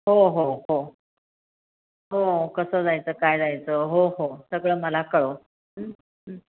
हो हो हो हो कसं जायचं काय जायचं हो हो सगळं मला कळव